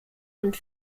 und